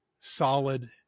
solid